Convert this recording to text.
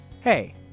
Hey